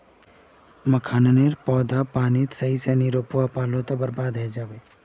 मखाने नेर पौधा पानी त सही से ना रोपवा पलो ते बर्बाद होय जाबे